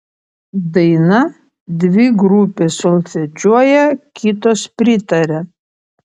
daina dvi grupės solfedžiuoja kitos pritaria